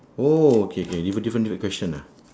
oh okay K different different different question ah